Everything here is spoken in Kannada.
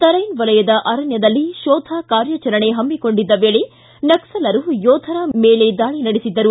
ತರ್ಟೆನ್ ವಲಯದ ಅರಣ್ಣದಲ್ಲಿ ತೋಧ ಕಾರ್ಯಾಚರಣೆ ಹಮ್ಮಿಕೊಂಡಿದ್ದ ವೇಳೆ ನಕ್ಸಲರು ಯೋಧರ ಮೇಲೆ ದಾಳಿ ನಡೆಸಿದ್ದರು